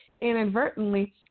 inadvertently